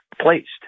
placed